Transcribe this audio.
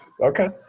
Okay